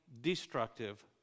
destructive